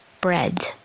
bread